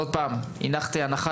הנחתי הנחה,